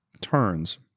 turns